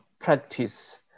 practice